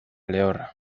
lehorra